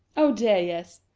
oh dear, yes.